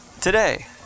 today